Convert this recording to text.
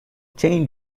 chain